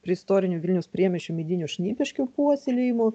prie istorinių vilniaus priemiesčių medinių šnipiškių puoselėjimo